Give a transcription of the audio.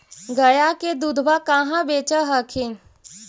गया के दूधबा कहाँ बेच हखिन?